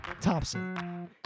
Thompson